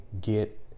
get